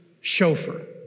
chauffeur